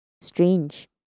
strange